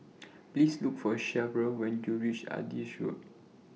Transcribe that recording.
Please Look For Cheryll when YOU REACH Adis Road